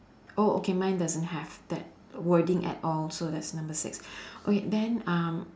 oh okay mine doesn't have that wording at all so that's number six okay then um